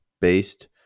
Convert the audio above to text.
based